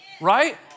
Right